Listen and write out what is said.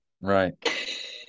Right